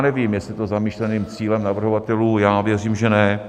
Nevím, jestli je to zamýšleným cílem navrhovatelů věřím, že ne.